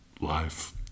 life